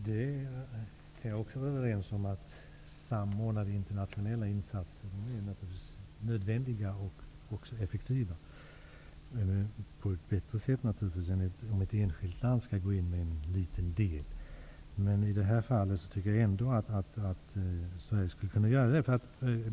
Herr talman! Vi är överens om att samordnade internationella insatser naturligtvis är nödvändiga och mer effektiva än om ett enskilt land skall gå in med en liten del. Men i detta fall tycker jag ändå att Sverige skulle kunna göra det.